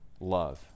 love